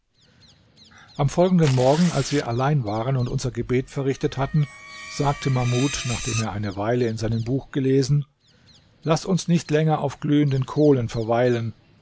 am folgenden morgen als wir allein waren und unser gebet verrichtet hatten sagte mahmud nachdem er eine weile in seinem buch gelesen laß uns nicht länger auf glühenden kohlen verweilen